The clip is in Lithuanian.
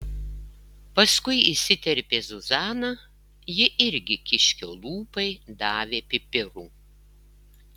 paskui įsiterpė zuzana ji irgi kiškio lūpai davė pipirų